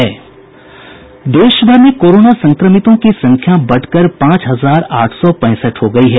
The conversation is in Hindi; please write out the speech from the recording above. देश भर में कोरोना संक्रमितों की संख्या बढ़कर पांच हजार आठ सौ पैंसठ हो गयी है